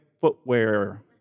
footwear